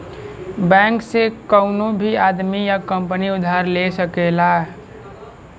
bank से कउनो भी आदमी या कंपनी उधार ले सकला